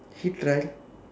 e-trial